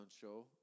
show